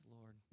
Lord